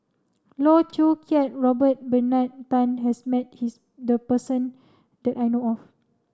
Loh Choo Kiat Robert Bernard Tan has met hie the person that I know of